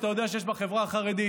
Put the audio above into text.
שאתה יודע שיש בחברה החרדית.